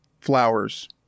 flowers